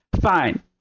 Fine